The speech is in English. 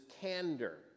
candor